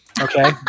Okay